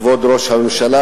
כבוד ראש הממשלה,